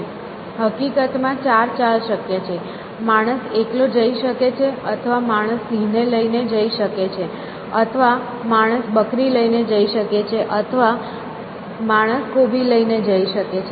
હકીકતમાં ચાર ચાલ શક્ય છે માણસ એકલો જઇ શકે છે અથવા માણસ સિંહને લઈ શકે છે અથવા માણસ બકરી લઈ શકે છે અથવા માણસ કોબી લઈ શકે છે